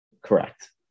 correct